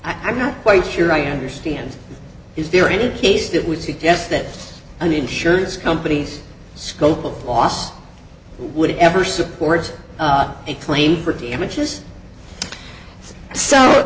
will i'm not quite sure i understand is there any case that would suggest that an insurance company's scope of loss would ever support a claim for damages so